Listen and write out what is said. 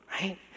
right